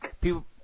people